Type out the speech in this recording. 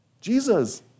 Jesus